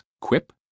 Quip